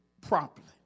properly